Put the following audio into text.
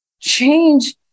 change